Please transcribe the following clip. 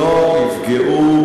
לא יפגעו